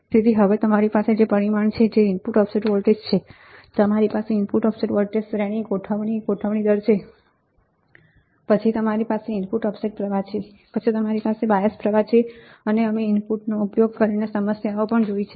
તેથી હવે તમારી પાસે પરીમાણ છે જે ઇનપુટ ઓફસેટ વોલ્ટેજ છે તમારી પાસે ઇનપુટ ઓફસેટ વોલ્ટેજ ગોઠવણી ગોઠવણી દર છે પછી તમારી પાસે ઇનપુટ ઓફસેટ પ્રવાહ છે પછી તમારી પાસે ઇનપુટ બાયસ પ્રવાહ છે અમે ઇનપુટનો ઉપયોગ કરીને સમસ્યાઓ પણ જોઈ છે